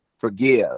forgive